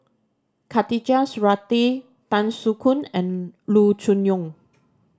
Khatijah Surattee Tan Soo Khoon and Loo Choon Yong